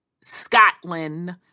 Scotland